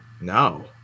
no